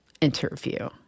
interview